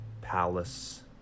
palace